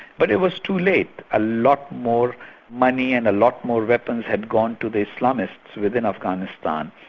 but it was too late. a lot more money and a lot more weapons had gone to the islamists within afghanistan,